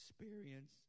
experience